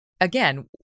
again